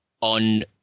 on